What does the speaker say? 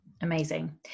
Amazing